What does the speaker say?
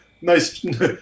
nice